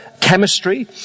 chemistry